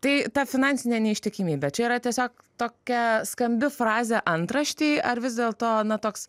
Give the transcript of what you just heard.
tai ta finansinė neištikimybė čia yra tiesiog tokia skambi frazė antraštei ar vis dėlto na toks